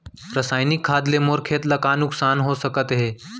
रसायनिक खाद ले मोर खेत ला का नुकसान हो सकत हे?